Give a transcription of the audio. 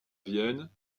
vienne